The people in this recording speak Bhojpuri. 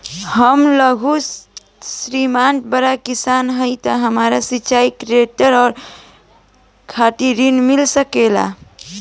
हम लघु सीमांत बड़ किसान हईं त हमरा सिंचाई ट्रेक्टर और हार्वेस्टर खातिर ऋण मिल सकेला का?